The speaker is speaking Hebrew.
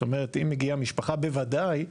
זאת אומרת, אם הגיעה משפחה, בוודאי,